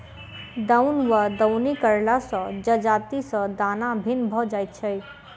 दौन वा दौनी करला सॅ जजाति सॅ दाना भिन्न भ जाइत छै